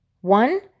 One